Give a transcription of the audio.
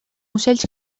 ocells